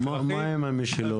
מה עם משילות?